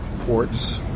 ports